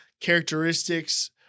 characteristics